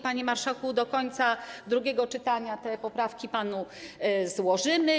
Panie marszałku, do końca drugiego czytania te poprawki panu złożymy.